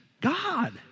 God